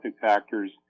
factors